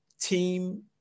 team